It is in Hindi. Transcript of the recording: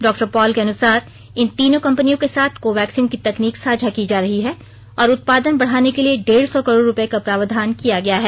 डॉ पॉल के अनुसार इन तीनों कंपनियों के साथ कोवैक्सीन की तकनीक साझा की जा रही है और उत्पादन बढ़ाने के लिए डेढ़ सौ करोड़ रुपये का प्रावधान किया गया है